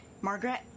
Margaret